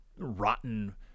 rotten